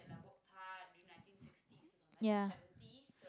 ya